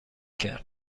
کرد